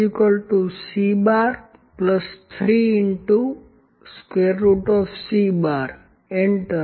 L C3C enter